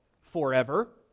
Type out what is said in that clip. forever